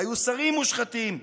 והיו שרים מושחתים,